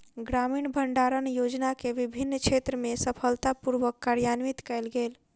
ग्रामीण भण्डारण योजना के विभिन्न क्षेत्र में सफलता पूर्वक कार्यान्वित कयल गेल